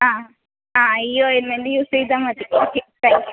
ആ ആ ആ ഈ ഓയിൻമെൻറ്റ് യൂസ് ചെയ്താൽ മതി ഓക്കെ താങ്ക് യൂ